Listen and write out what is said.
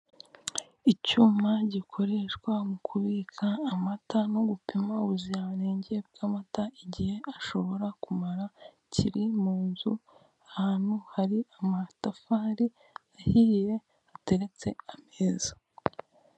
Icyuma gikoreshwa mu kubika amata no gupima ubuziranenge bw'amata igihe ashobora kumara kiri mu nzu, ahantu hari amatafari ahiye hateretse ameza.